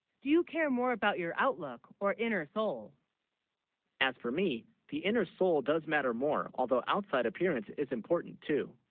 do you care more about your outlook or inner soul as for me the inner soul does matter more although outside appearance is important too